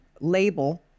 label